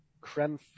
creme